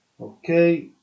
Okay